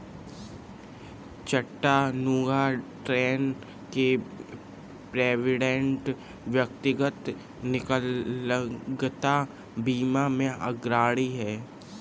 Chattanooga, Tenn के Provident, व्यक्तिगत विकलांगता बीमा में अग्रणी हैं